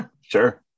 Sure